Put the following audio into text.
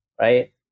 Right